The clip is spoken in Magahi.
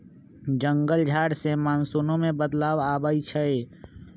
जंगल झार से मानसूनो में बदलाव आबई छई